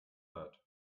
leid